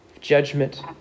judgment